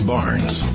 Barnes